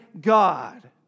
God